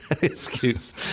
excuse